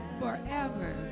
forever